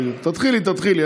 תתחילי, תתחילי.